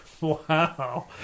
Wow